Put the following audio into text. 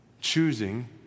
Choosing